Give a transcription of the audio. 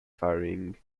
varying